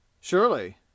Surely